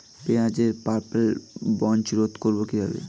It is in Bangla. পেঁয়াজের পার্পেল ব্লচ রোধ করবো কিভাবে?